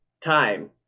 time